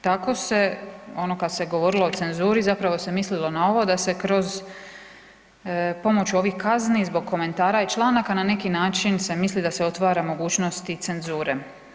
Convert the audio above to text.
Tako se ono kada se govorilo o cenzuri zapravo se mislilo na ovo da se kroz pomoću ovih kazni zbog komentara i članaka na neki način se misli da se otvara mogućnost i cenzure.